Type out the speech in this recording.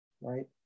right